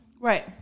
Right